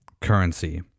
currency